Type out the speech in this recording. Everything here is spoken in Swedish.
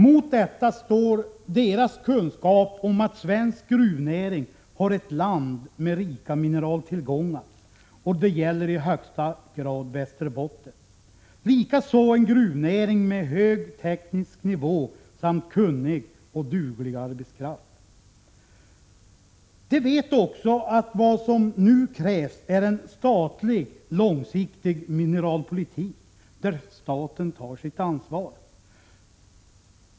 Mot detta står deras kunskap om att svensk gruvnäring verkar i ett land med rika mineraltillgångar, och det gäller i högsta grad Västerbotten — det är en gruvnäring med hög teknologisk nivå samt kunnig och duglig arbetskraft. De vet också att vad som nu krävs är en långsiktig, statlig mineralpolitik, där staten tar sitt ansvar.